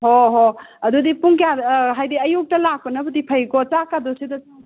ꯍꯣꯏ ꯍꯣꯏ ꯑꯗꯨꯗꯤ ꯄꯨꯡ ꯀꯌꯥꯗ ꯍꯥꯏꯗꯤ ꯑꯌꯨꯛꯇ ꯂꯥꯛꯄꯅꯕꯨꯗꯤ ꯐꯩꯀꯣ ꯆꯥꯛꯀꯗꯣ ꯁꯤꯗ ꯆꯥꯅꯕ